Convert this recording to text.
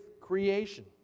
creation